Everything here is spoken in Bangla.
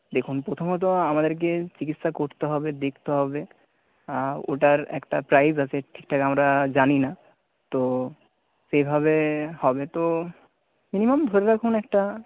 দেখুন প্রথমত আমাদেরকে চিকিৎসা করতে হবে দেখতে হবে ওটার একটা প্রাইস আছে ঠিকঠাক আমরা জানি না তো সেইভাবে হবে তো মিনিমাম ধরে রাখুন একটা